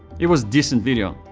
it was decent video.